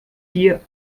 hier